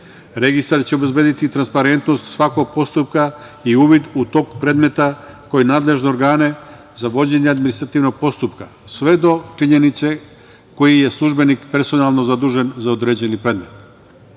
Registar će obezbediti transparentnost svakog postupka i uvid u tok predmeta kod nadležnih organa za vođenje administrativnog postupka, sve do činjenice koji je službenik personalno zadužen za određeni predmet.